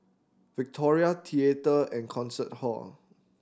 Victoria Theatre and Concert Hall